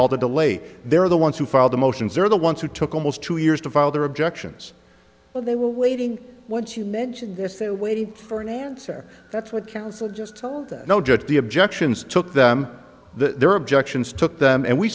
all the delay they're the ones who filed the motions they're the ones who took almost two years to file their objections well they were waiting once you mentioned this they waited for an answer that's what counsel just told them no judge the objections took them their objections took them and we